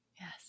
Yes